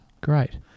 Great